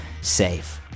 safe